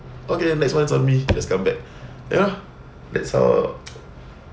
okay next one's on me just come back you know that's how